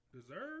deserve